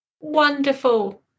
Wonderful